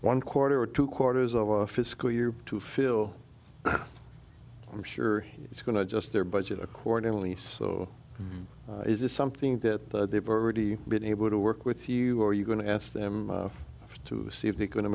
one quarter or two quarters of a fiscal year to fill i'm sure it's going to just their budget accordingly so is this something that they've already been able to work with you or are you going to ask them to see if they're going to